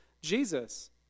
Jesus